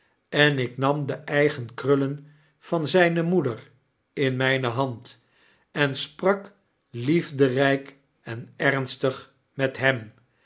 en ik nam de eigen krullen van zyne moeder in myne hand en sprak liefderyk en ernstig met hem